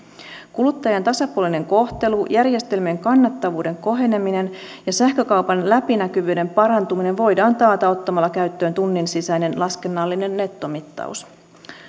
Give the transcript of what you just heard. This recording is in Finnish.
kuluttajien tasapuolinen kohtelu järjestelmien kannattavuuden koheneminen ja sähkökaupan läpinäkyvyyden parantuminen voidaan taata ottamalla käyttöön tunnin sisäinen laskennallinen nettomittaus